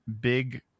big